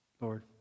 Lord